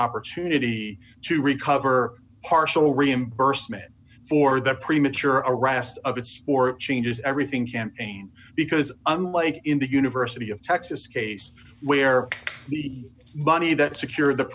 opportunity to recover partial reimbursement for the premature arrest of its or it changes everything campaign because unlike in the university of texas case where the money that secure the